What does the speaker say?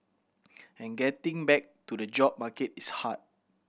and getting back to the job market is hard